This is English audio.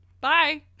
Bye